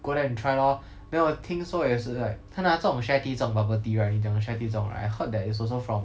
go there and try lor then 我听说也是 right 看啊这种 sharetea 这种 bubble tea right 你讲的 sharetea 这种 right I hear that it is also from